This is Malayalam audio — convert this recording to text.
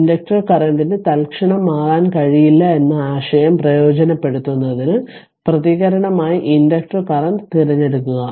ഇൻഡക്റ്റർ കറന്റിന് തൽക്ഷണം മാറാൻ കഴിയില്ല എന്ന ആശയം പ്രയോജനപ്പെടുത്തുന്നതിന് പ്രതികരണമായി ഇൻഡക്റ്റർ കറന്റ് തിരഞ്ഞെടുക്കുക